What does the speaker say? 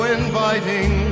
inviting